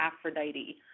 Aphrodite